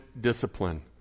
discipline